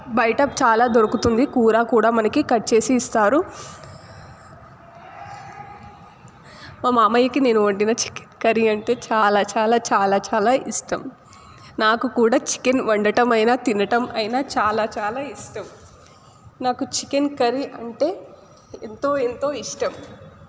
బయట చాలా దొరుకుతుంది కూర కూడా మనకి కట్ చేసి ఇస్తారు మా మామయ్యకి నేను వండిన చికెన్ కర్రీ అంటే చాలా చాలా చాలా చాలా ఇష్టం నాకు కూడా చికెన్ వండటం అయినా తినడం అయిన చాలా చాలా ఇష్టం నాకు చికెన్ కర్రీ అంటే ఎంతో ఎంతో ఇష్టం